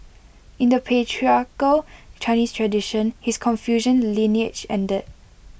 in the patriarchal Chinese tradition his Confucian lineage ended